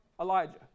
Elijah